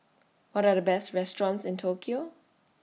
What Are The Best restaurants in Tokyo